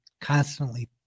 constantly